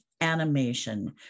animation